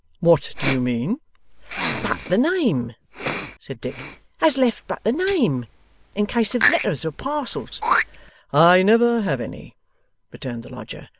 what do you mean but the name said dick has left but name in case of letters or parcels i never have any returned the lodger.